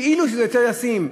כאילו שזה יותר ישים.